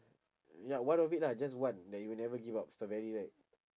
ya one of it lah just one that you will never give up strawberry right